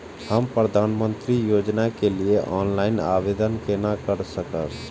हम प्रधानमंत्री योजना के लिए ऑनलाइन आवेदन केना कर सकब?